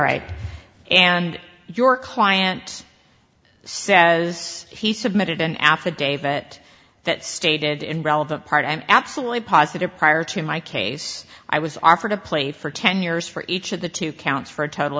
and your client says he submitted an affidavit that stated in relevant part i am absolutely positive prior to my case i was offered a play for ten years for each of the two counts for a total